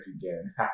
again